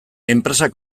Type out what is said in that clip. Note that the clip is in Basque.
enpresak